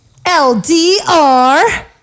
LDR